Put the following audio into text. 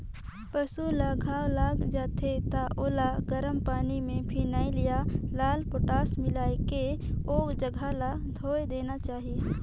पसु ल घांव लग जाथे त ओला गरम पानी में फिनाइल या लाल पोटास मिलायके ओ जघा ल धोय देना चाही